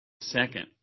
second